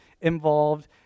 involved